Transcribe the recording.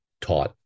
taught